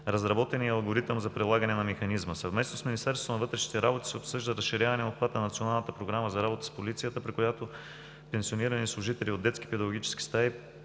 Разработен е и алгоритъм за прилагане на механизма. Съвместно с Министерството на вътрешните работи се обсъжда разширяване обхвата на Националната програма за работа с полицията, при която пенсионирани служители от детски педагогически стаи